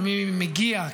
למי מגיע,